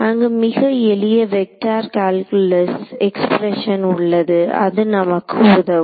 அங்கு மிக எளிய வெக்டர் கால்குலஸ் எக்ஸ்பிரெஷன் உள்ளது அது நமக்கு உதவும்